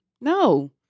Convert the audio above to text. No